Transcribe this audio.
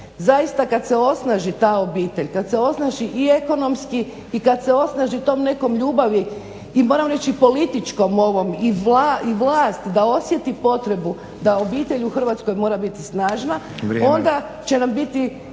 zaista kada se osnaži ta obitelj, kada se osnaži i ekonomski i kada se osnaži tom nekom ljubavi i moram reći i političkom ovom i vlast da osjeti potrebu da obitelj u Hrvatskoj mora biti snažna, onda će nam biti